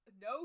no